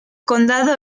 condado